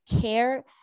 care